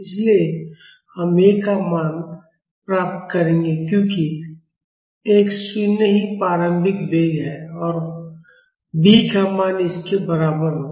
इसलिए हम A का मान प्राप्त करेंगे क्योंकि x 0 ही प्रारंभिक वेग है B का मान इसके बराबर होगा